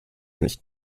nicht